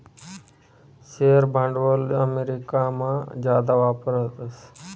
share भांडवल अमेरिकामा जादा वापरतस